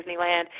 Disneyland